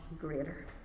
greater